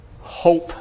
Hope